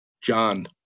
John